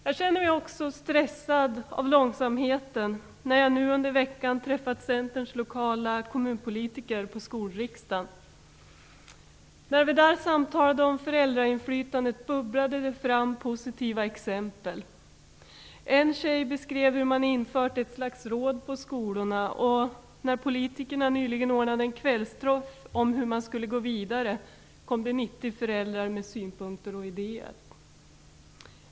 Jag känner mig också stressad av långsamheten när jag nu under veckan träffat Centerns lokala kommunpolitiker på skolriksdagen. När vi samtalade om föräldrainflytande bubblade det fram positiva exempel. En tjej beskrev hur man infört ett slags råd på skolorna, och när politikerna nyligen ordnade en kvällsträff om hur man skulle gå vidare kom det 90 föräldrar med synpunkter och idéer.